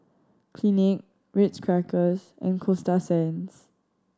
Clinique Ritz Crackers and Coasta Sands